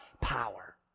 power